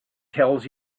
tells